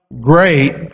great